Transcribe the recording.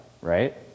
right